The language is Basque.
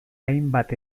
hainbat